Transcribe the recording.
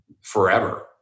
forever